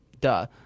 Duh